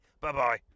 Bye-bye